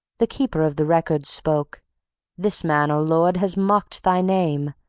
the keeper of the records spoke this man, o lord, has mocked thy name.